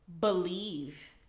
believe